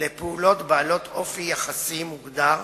לפעולות בעלות אופי יחסית מוגדר,